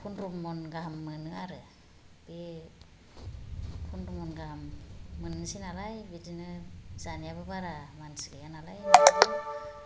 पन्द्र' मन गाहाम मोनो आरो बे पन्द्र' मन गाहाम मोननोसै नालाय बिदिनो जानायाबो बारा मानसि गैया नालाय